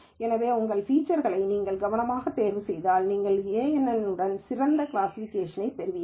எனவே உங்கள் ஃபீச்சர்களை நீங்கள் கவனமாக தேர்வுசெய்தால் நீங்கள் kNN உடன் சிறந்த கிளாசிஃபிகேஷனைப் பெறுவீர்கள்